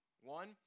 One